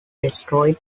destroyed